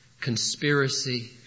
conspiracy